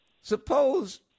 Suppose